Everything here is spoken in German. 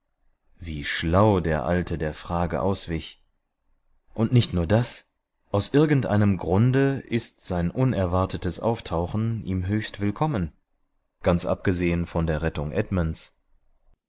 wie schlau der alte der frage auswich und nicht nur das aus irgendeinem grunde ist sein unerwartetes auftauchen ihm höchst willkommen ganz abgesehen von der rettung edmunds